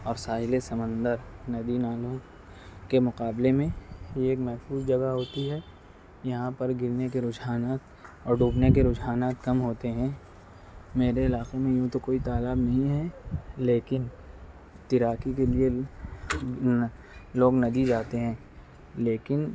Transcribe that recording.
اور ساحل سمندر ندی نالوں کے مقابلے میں یہ ایک محفوظ جگہ ہوتی ہے یہاں پر گرنے کے رجحانات اور ڈوبنے کے رجحانات کم ہوتے ہیں میرے علاقے میں یوں تو کوئی تالاب نہیں ہے لیکن تیراکی کے لئے لوگ ندی جاتے ہیں لیکن